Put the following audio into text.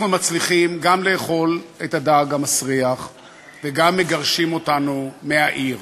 אנחנו מצליחים גם לאכול את הדג המסריח וגם מגרשים אותנו מהעיר.